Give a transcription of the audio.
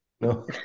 No